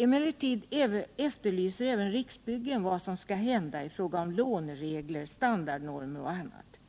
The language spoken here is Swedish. Emellertid efterlyser även Riksbyggen information om vad som skall hända i fråga om låneregler, standardnormer och annat.